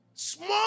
Small